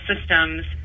systems